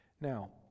Now